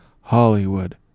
hollywood